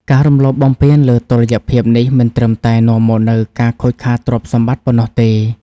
ការរំលោភបំពានលើតុល្យភាពនេះ មិនត្រឹមតែនាំមកនូវការខូចខាតទ្រព្យសម្បត្តិប៉ុណ្ណោះទេ។